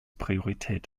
priorität